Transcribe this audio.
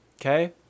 Okay